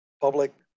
public